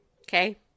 okay